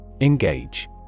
Engage